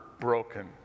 broken